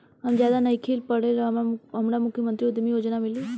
हम ज्यादा नइखिल पढ़ल हमरा मुख्यमंत्री उद्यमी योजना मिली?